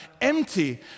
empty